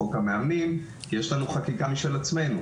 חוק המאמנים כי יש לנו חקיקה משל עצמנו